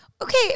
Okay